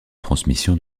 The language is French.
transmission